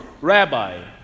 Rabbi